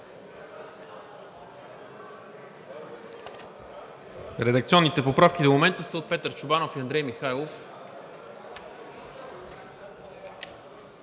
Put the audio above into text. Редакционните поправки до момента са от Петър Чобанов и Андрей Михайлов.